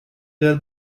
where